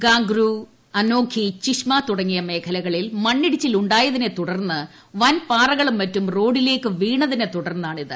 ഗാംഗ്രൂ അനോഖി ചിഷ്മ തുടങ്ങിയ മേഖലകളിൽ മണ്ണിടിച്ചിൽ ഉണ്ടായതിനെ തുടർന്ന് വൻപാറകളും മറ്റും റോഡിലേക്ക് വീണതിനെ തുടർന്നാണ് ഇത്